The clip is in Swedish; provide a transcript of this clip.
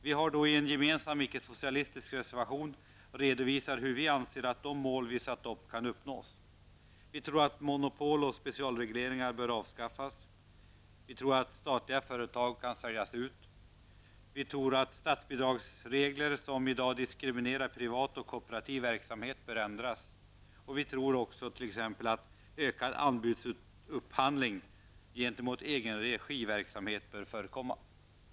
Vi har i en gemensam icke-socialistisk reservation redovisat hur vi anser att de mål vi satt upp kan uppnås. Vi tror att monopol och specialregleringar bör avskaffas, att statliga företag kan säljas ut, att statsbidragsregler som diskriminerar privat och kooperativ verksamhet bör ändras och vi tror också att ökad anbudsupphandling gentemot egen regiverksamhet bör förekomma.